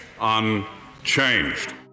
unchanged